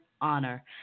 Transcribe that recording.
Honor